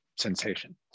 sensation